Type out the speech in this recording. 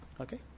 Okay